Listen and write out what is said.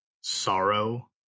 sorrow